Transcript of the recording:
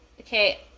Okay